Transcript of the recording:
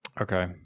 Okay